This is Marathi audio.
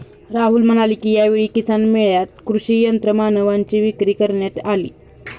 राहुल म्हणाले की, यावेळी किसान मेळ्यात कृषी यंत्रमानवांची विक्री करण्यात आली